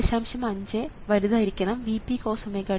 5 Vp കോസ്⍵t 3